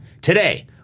today